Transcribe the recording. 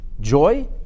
Joy